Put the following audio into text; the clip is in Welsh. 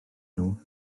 nhw